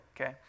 okay